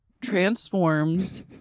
transforms